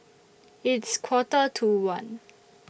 its Quarter to one